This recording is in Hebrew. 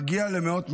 מגיע למאות מיליונים,